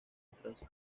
atrás